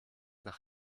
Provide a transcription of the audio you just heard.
nach